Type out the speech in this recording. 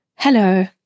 Hello